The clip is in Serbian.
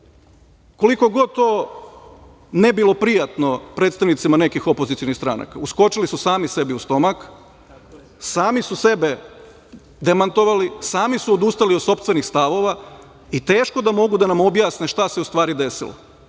koliko god to ne bilo prijatno predstavnicima nekih opozicionih stranaka, uskočili su sami sebi u stomak, sami su sebe demantovali. Sami su odustali od sopstvenih stavova, i teško da mogu da nam objasne šta se u stvari desilo.